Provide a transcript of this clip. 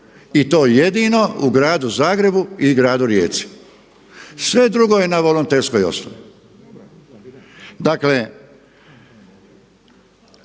i to jedino u gradu Zagrebu i gradu Rijeci, sve drugo je na volonterskoj osnovi.